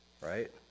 right